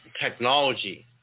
technology